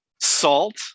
Salt